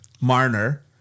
Marner